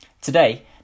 Today